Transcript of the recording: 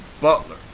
Butler